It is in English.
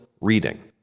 reading